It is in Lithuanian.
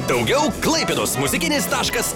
daugiau klaipėdos muzikinis taškas